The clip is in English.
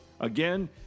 Again